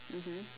mmhmm